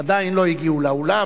עדיין לא הגיעו לאולם,